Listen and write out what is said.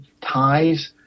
ties